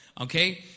okay